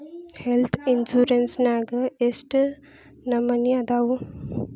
Health insurance ನ್ಯಾಗ್ ಯೆಷ್ಟ್ ನಮನಿ ಅದಾವು?